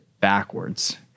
backwards